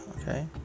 okay